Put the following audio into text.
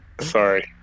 Sorry